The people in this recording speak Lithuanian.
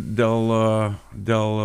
dėėl aa dėl